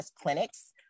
clinics